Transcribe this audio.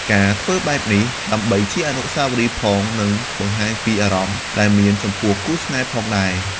ការធ្វើបែបនេះដើម្បីជាអនុស្សាវរីយ៍ផងនិងបង្ហាញពីអារម្មណ៍ ដែលមានចំពោះគូរស្នេហ៍ផងដែរ។